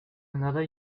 another